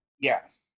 Yes